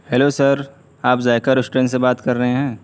hello sir آپ Zaiqa restaurant سے بات کر رہے ہیں